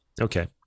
Okay